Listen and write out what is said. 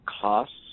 costs